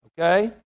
Okay